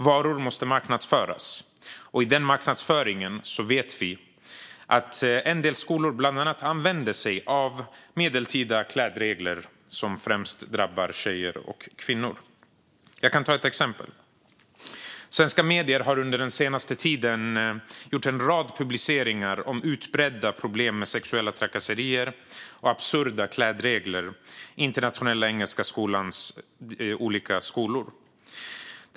Varor måste marknadsföras, och i den marknadsföringen vet vi att en del skolor använder sig av bland annat medeltida klädregler som främst drabbar tjejer och kvinnor. Låt mig ge ett exempel. Svenska medier har under den senaste tiden gjort en rad publiceringar om utbredda problem med sexuella trakasserier och absurda klädregler på Internationella Engelska Skolans olika skolor.